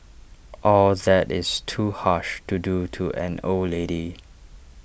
all that is too harsh to do to an old lady